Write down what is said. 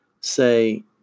say